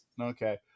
Okay